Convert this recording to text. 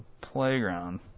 playground